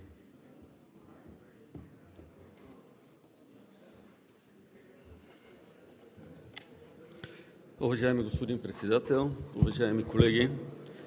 Уважаеми господин Председател, уважаеми госпожи